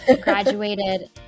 graduated